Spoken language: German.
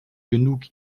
genug